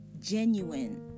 genuine